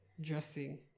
dressing